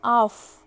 off